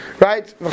Right